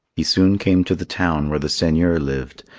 he soon came to the town where the seigneur lived,